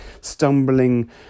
stumbling